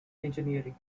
engineering